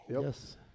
Yes